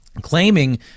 claiming